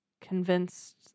convinced